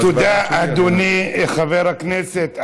תודה, אדוני חבר הכנסת אייכלר.